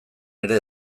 ere